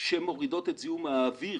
בעולם כולו שמורידות את זיהום האוויר